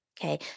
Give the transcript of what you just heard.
Okay